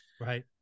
Right